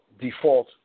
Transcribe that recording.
default